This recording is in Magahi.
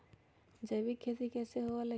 जैविक खेती कैसे हुआ लाई?